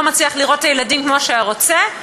האבא לא מצליח לראות את הילדים כמו שהיה רוצה,